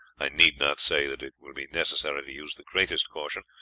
i need not say that it will be necessary to use the greatest caution,